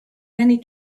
many